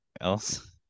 else